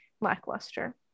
lackluster